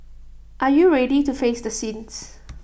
are you ready to face the sins